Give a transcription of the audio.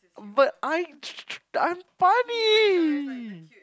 but I tr~ I'm funny